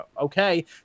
okay